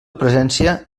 presència